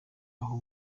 naho